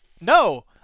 No